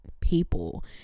people